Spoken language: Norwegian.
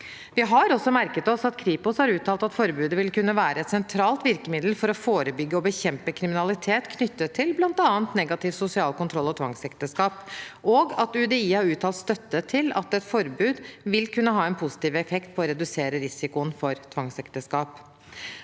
Vi har også merket oss at Kripos har uttalt at forbudet vil kunne være et sentralt virkemiddel for å forebygge og bekjempe kriminalitet knyttet til bl.a. negativ sosial kontroll og tvangsekteskap, og at UDI har uttalt støtte til at et forbud vil kunne ha en positiv effekt på å redusere risikoen for tvangsekteskap.